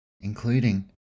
including